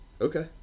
Okay